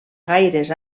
gaires